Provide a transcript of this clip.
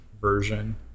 version